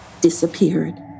disappeared